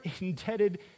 indebted